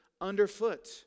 underfoot